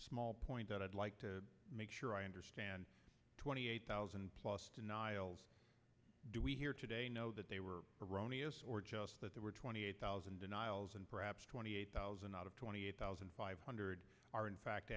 small point i'd like to make sure i understand twenty eight thousand plus do we hear today that they were erroneous or just that there were twenty eight thousand denials and perhaps twenty eight thousand out of twenty eight thousand five hundred are in fact